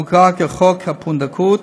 המוכר כחוק הפונדקאות.